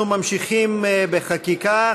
אנחנו ממשיכים בחקיקה.